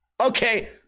okay